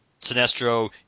Sinestro